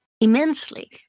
immensely